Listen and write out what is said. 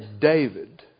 David